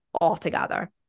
altogether